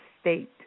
state